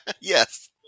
Yes